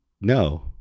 no